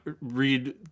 read